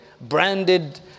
branded